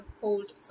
hold